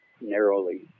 narrowly